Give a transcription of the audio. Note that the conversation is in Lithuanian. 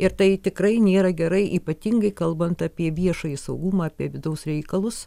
ir tai tikrai nėra gerai ypatingai kalbant apie viešąjį saugumą apie vidaus reikalus